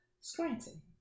Scranton